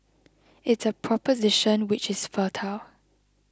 it's a proposition which is fertile